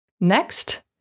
Next